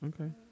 Okay